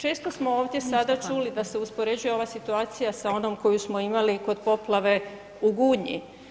Često smo ovdje sada čuli da se uspoređuje ova situacija sa onom koju smo imali kod poplave u Gunji.